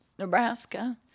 Nebraska